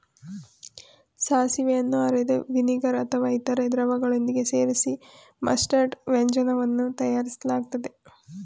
ಸಾಸಿವೆಯನ್ನು ಅರೆದು ವಿನಿಗರ್ ಅಥವಾ ಇತರ ದ್ರವಗಳೊಂದಿಗೆ ಸೇರಿಸಿ ಮಸ್ಟರ್ಡ್ ವ್ಯಂಜನವನ್ನು ತಯಾರಿಸಲಾಗ್ತದೆ